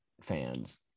fans